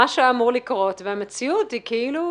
משהו אמור לקרות והמציאות היא כאילו